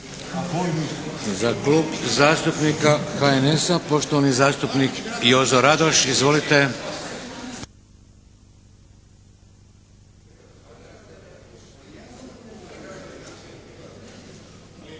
Za Klub zastupnika HNS-a, poštovani zastupnik Jozo Radoš. Izvolite.